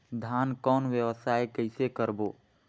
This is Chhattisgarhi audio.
धान कौन व्यवसाय कइसे करबो?